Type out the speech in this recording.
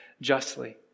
justly